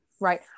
Right